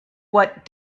what